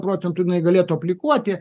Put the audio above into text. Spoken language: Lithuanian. procentų jinai galėtų aplikuoti